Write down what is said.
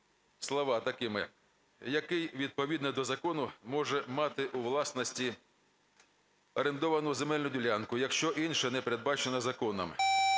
слова такими "який відповідно до закону може мати у власності орендовану земельну ділянку, якщо інше не передбачено законом"